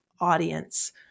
audience